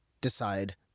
decide